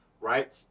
right